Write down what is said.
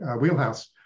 wheelhouse